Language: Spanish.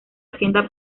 hacienda